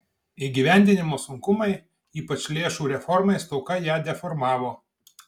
įgyvendinimo sunkumai ypač lėšų reformai stoka ją deformavo